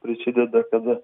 prisideda kada